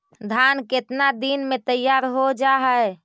धान केतना दिन में तैयार हो जाय है?